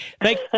thank